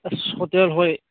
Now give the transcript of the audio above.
ꯑꯁ ꯍꯣꯇꯦꯜ ꯍꯣꯏ